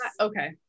okay